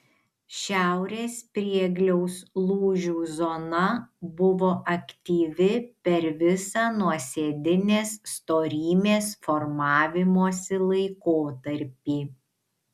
šiaurės priegliaus lūžių zona buvo aktyvi per visą nuosėdinės storymės formavimosi laikotarpį